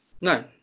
No